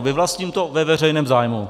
Vyvlastním to ve veřejném zájmu.